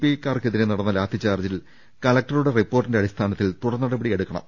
ഐക്കാർക്കെ തിരെ നടന്ന ലാത്തിച്ചാർജ്ജിൽ കലക്ടറുടെ റിപ്പോർട്ടിന്റെ അടി സ്ഥാനത്തിൽ തുടർ നടപടി എടുക്കണം